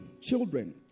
children